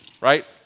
right